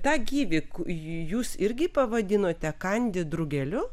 tą gyvį jūs irgi pavadinote kandi drugeliu